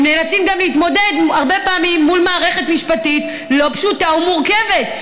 הם נאלצים גם להתמודד הרבה פעמים מול מערכת משפטית לא פשוטה ומורכבת.